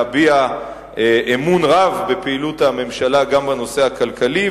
להביע אמון רב בפעילות הממשלה גם בנושא הכלכלי,